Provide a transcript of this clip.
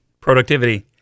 productivity